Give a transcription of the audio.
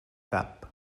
cap